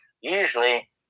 Usually